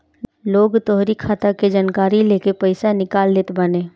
लोग तोहरी खाता के जानकारी लेके पईसा निकाल लेत बाने